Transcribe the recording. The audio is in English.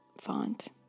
font